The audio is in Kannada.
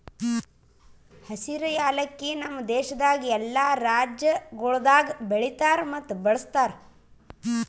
ಹಸಿರು ಯಾಲಕ್ಕಿ ನಮ್ ದೇಶದಾಗ್ ಎಲ್ಲಾ ರಾಜ್ಯಗೊಳ್ದಾಗ್ ಬೆಳಿತಾರ್ ಮತ್ತ ಬಳ್ಸತಾರ್